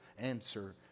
answer